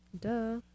Duh